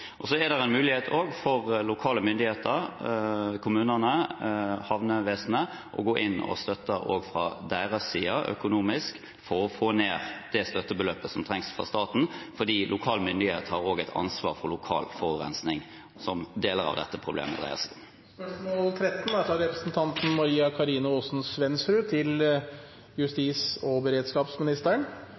er også en mulighet for lokale myndigheter, kommunene, havnevesenet til å gå inn med økonomisk støtte også fra deres side for å få ned det støttebeløpet som trengs fra staten, for lokale myndigheter har også et ansvar for lokal forurensing, som deler av dette problemet dreier seg om. «God rehabilitering og innhold i soningen forebygger kriminalitet. En viktig del av rehabiliteringen er kontakt med familie og